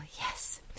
Yes